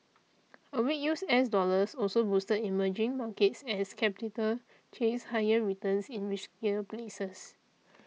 a weak use S dollars also boosted emerging markets as capital chased higher returns in riskier places